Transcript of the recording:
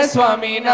Swami